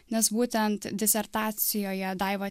nes būtent disertacijoje daiva